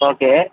okay